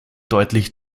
deutlich